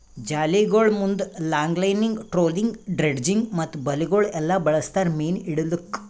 ಜಾಲಿಗೊಳ್ ಮುಂದ್ longlining, trolling, dredging ಮತ್ತ ಬಲೆಗೊಳ್ ಎಲ್ಲಾ ಬಳಸ್ತಾರ್ ಮೀನು ಹಿಡಿಲುಕ್